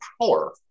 power